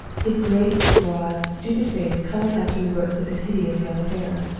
his great, broad, stupid face colored up to the roots of his hideous yellow hair.